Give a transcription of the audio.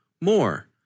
more